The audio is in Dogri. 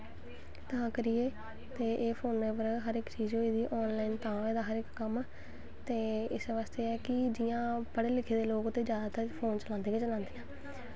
ते तां करियै फोनें हर ऑन लाईन तां होए दा हर इक कम्म ते इस्सै बास्तै ऐ कि जि'यां पढ़े लिखे दे लोग ते जादातर फोन ते चलांदे गै चलांदे न